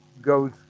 goes